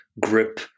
grip